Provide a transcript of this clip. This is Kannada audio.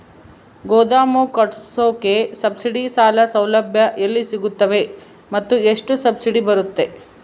ಗೋದಾಮು ಕಟ್ಟೋಕೆ ಸಬ್ಸಿಡಿ ಸಾಲ ಸೌಲಭ್ಯ ಎಲ್ಲಿ ಸಿಗುತ್ತವೆ ಮತ್ತು ಎಷ್ಟು ಸಬ್ಸಿಡಿ ಬರುತ್ತೆ?